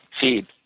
feed